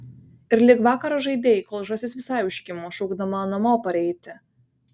ir lig vakaro žaidei kol žąsis visai užkimo šaukdama namo pareiti